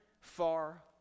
far